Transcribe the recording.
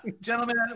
Gentlemen